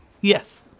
Yes